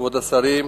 כבוד השרים,